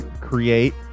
create